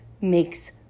makes